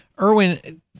Erwin